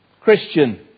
Christian